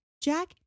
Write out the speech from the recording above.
Jack